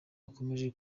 akomeje